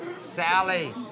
Sally